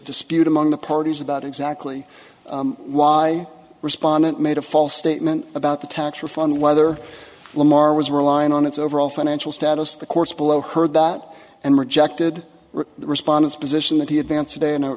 dispute among the parties about exactly why respondent made a false statement about the tax refund whether lamar was relying on its overall financial status the courts below heard that and rejected respondents position that he advance today in